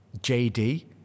JD